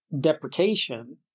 deprecation